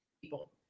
people